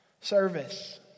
Service